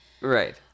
Right